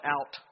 out